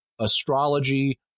astrology